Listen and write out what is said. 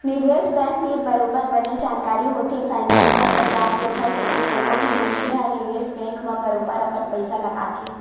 निवेस बेंक तीर बरोबर बने जानकारी होथे फानेंसियल बजार के ओखर सेती कोनो भी मनखे ह निवेस बेंक म बरोबर अपन पइसा लगाथे